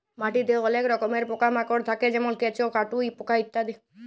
মাটিতে অলেক রকমের পকা মাকড় থাক্যে যেমল কেঁচ, কাটুই পকা